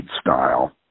style